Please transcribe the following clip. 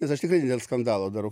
nes aš tikrai ne dėl skandalo darau